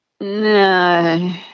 No